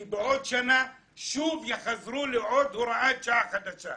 כי בעוד שנה שוב יחזרו להוראת שעה חדשה.